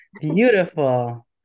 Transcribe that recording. Beautiful